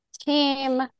Team